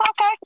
okay